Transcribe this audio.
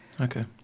Okay